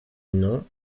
nom